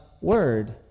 word